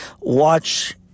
watch